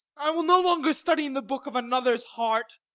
i will no longer study in the book of another's heart.